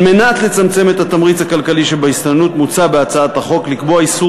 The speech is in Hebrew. על מנת לצמצם את התמריץ הכלכלי שבהסתננות מוצע בהצעת החוק לקבוע איסור